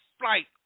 flight